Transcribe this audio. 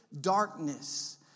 darkness